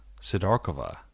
Sidorkova